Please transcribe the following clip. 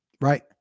Right